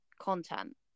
content